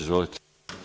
Izvolite.